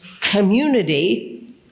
community